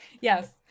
Yes